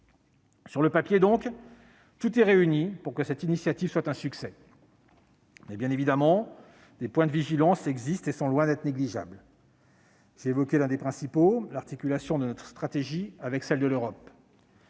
sur le papier, tout est réuni pour que cette initiative soit un succès, mais, bien évidemment, des points de vigilance existent et ils sont loin d'être négligeables. J'ai évoqué l'un des principaux, l'articulation de notre stratégie avec celle de l'Europe.